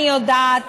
אני יודעת